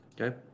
Okay